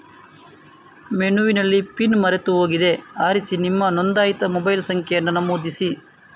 ಮೆನುವಿನಲ್ಲಿ ಪಿನ್ ಮರೆತು ಹೋಗಿದೆ ಆರಿಸಿ ನಿಮ್ಮ ನೋಂದಾಯಿತ ಮೊಬೈಲ್ ಸಂಖ್ಯೆಯನ್ನ ನಮೂದಿಸಿ